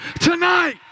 tonight